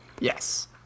yes